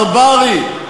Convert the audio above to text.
ברברי,